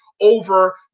over